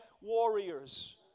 warriors